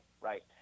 right